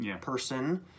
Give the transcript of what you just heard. person